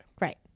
Right